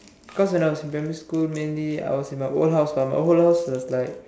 cause when I was in primary school mainly I was in my old house my old house was like